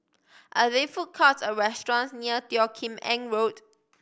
are there food courts or restaurants near Teo Kim Eng Road